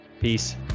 Peace